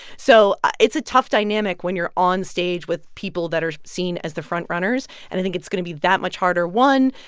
so it's a tough dynamic when you're onstage with people that are seen as the front-runners. and i think it's going to be that much harder, one,